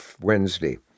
Wednesday